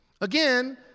Again